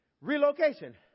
Relocation